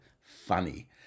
funny